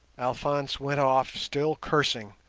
alphonse went off still cursing,